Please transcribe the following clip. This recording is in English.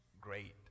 great